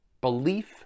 belief